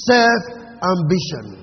Self-ambition